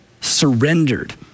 surrendered